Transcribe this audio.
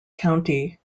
county